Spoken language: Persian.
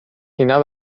اینها